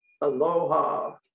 Aloha